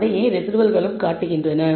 அதையே ரெஸிடுவல்களும் காட்டுகின்றன